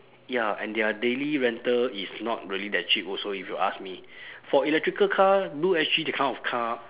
ya and their daily rental is not really that cheap also if you ask me for electrical car blue S_G that kind of car